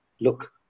look